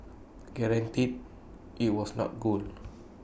granted IT was not gold